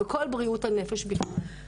ובכל בריאות הנפש בכלל.